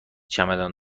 چمدان